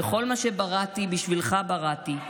וכל מה שבראתי בשבילך בראתי,